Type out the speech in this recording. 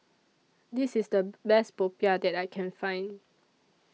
This IS The Best Popiah that I Can Find